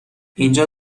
اینجا